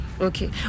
okay